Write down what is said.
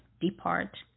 depart